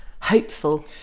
hopeful